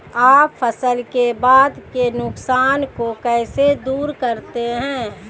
आप फसल के बाद के नुकसान को कैसे दूर करते हैं?